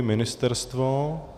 Ministerstvo?